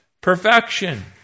perfection